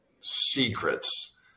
secrets